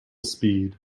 speed